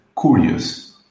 curious